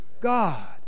God